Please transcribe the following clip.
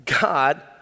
God